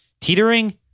teetering